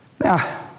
Now